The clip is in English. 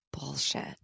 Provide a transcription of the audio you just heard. bullshit